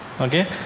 okay